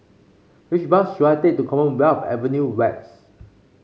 which bus should I take to Commonwealth Avenue West